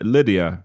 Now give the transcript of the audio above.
Lydia